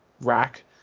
rack